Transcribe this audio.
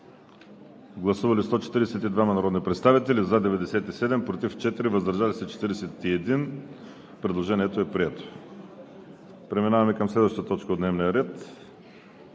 Гласували 142 народни представители: за 97, против 4, въздържали се 41. Предложението е прието. Преминаваме към следващата точка от дневния ред: